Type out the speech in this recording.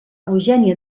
eugènia